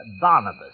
Barnabas